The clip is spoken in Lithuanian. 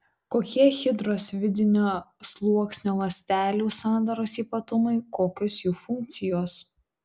kokie hidros vidinio sluoksnio ląstelių sandaros ypatumai kokios jų funkcijos